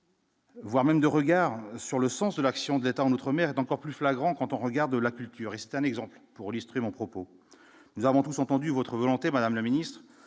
Voire même de regard sur le sens de l'action de l'État en Outre-Mer, mer d'encore plus flagrant quand on regarde la culture est un exemple pour lustrer mon propos : nous avons tous entendu votre volonté, Madame la Ministre,